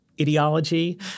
ideology